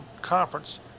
Conference